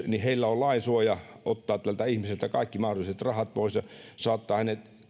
heillä on lain suoja ottaa tältä ihmiseltä kaikki mahdolliset rahat pois ja saattaa